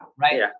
right